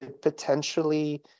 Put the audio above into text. potentially